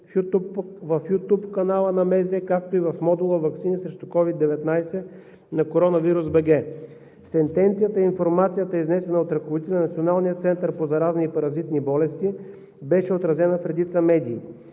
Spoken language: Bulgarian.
на здравеопазването, както и в модула „Ваксини срещу COVID-19“ на coronavirus.bg. Сентенцията и информацията, изнесена от ръководителя на Националния център по заразни и паразитни болести, беше отразена в редица медии.